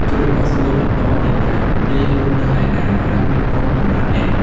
ជ្រូកក៏សួរបន្តទៀតថា យាយរស់នៅឯណា ហើយមានកូនប៉ុន្មាននាក់?